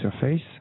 surface